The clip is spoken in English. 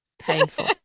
painful